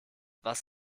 was